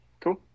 cool